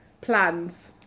plans